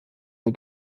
der